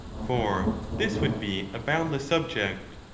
for this would be a boundless subject,